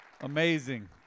Amazing